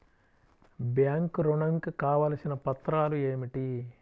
Bank ఋణం కు కావలసిన పత్రాలు ఏమిటి?